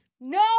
No